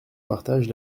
partage